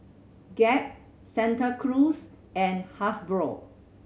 Gap Santa Cruz and Hasbro